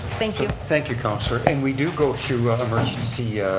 thank you. thank you, councilor. and we do go through emergency